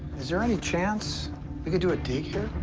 is there any chance we could do a dig here?